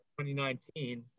2019